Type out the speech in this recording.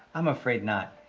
i'm afraid not.